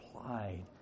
applied